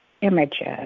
images